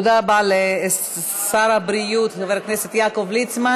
תודה רבה לשר הבריאות חבר הכנסת יעקב ליצמן.